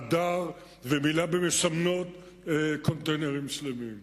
עדר ומילא במסמנות קונטיינרים שלמים,